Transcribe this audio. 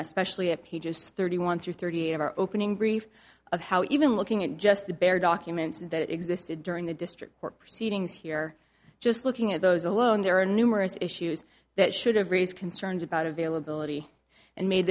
especially of pages thirty one through thirty eight of our opening brief of how even looking at just the bare documents that existed during the district court proceedings here just looking at those alone there are numerous issues that should have raised concerns about availability and made